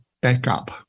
backup